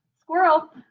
squirrel